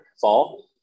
fall